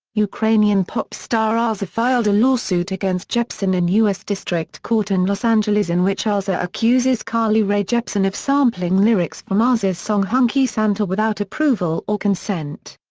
ukrainian pop star aza filed a lawsuit against jepsen in us district court in los angeles in which aza accuses carly rae jepsen of sampling lyrics from aza's song hunky santa without approval or consent.